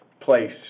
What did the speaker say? place